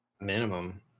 minimum